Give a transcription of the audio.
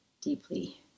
deeply